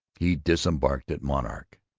he disembarked at monarch.